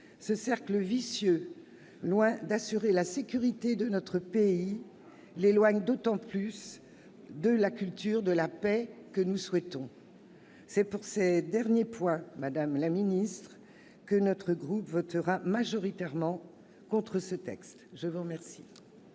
Ce cercle vicieux, loin d'assurer la sécurité de notre pays, l'éloigne d'autant plus de la culture de la paix que nous souhaitons. C'est pour ces derniers points, madame la ministre, que notre groupe votera majoritairement contre ce texte. La parole